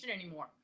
anymore